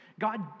God